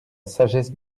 sagesse